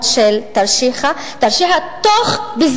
כלומר,